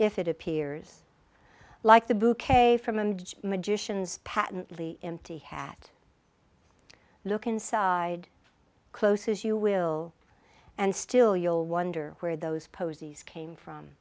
if it appears like the bouquet from and magicians patently empty hat look inside close as you will and still you'll wonder where those posies came from